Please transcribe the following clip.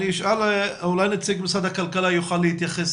אולי נציג משרד הכלכלה יוכל להתייחס